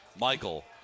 Michael